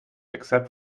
except